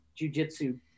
jujitsu